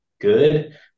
good